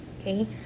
Okay